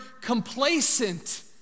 complacent